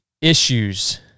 issues